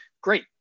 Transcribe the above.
Great